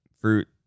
fruit